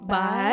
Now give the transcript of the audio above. Bye